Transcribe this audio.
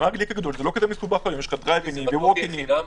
ה-PCR תמיד יהיה חינם?